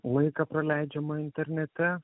laiką praleidžiamą internete